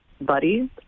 buddies